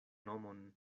nomon